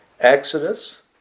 Exodus